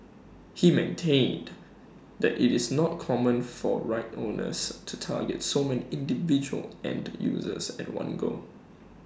he maintained that IT is not common for right owners to target so many individual end users at one go